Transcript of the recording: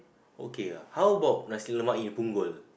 okay ah how about nasi-lemak in Punggol